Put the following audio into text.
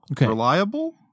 reliable